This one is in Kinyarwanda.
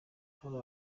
hari